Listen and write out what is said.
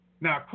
Now